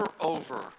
over